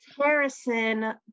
Harrison